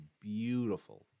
beautiful